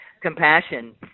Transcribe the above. Compassion